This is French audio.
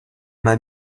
m’a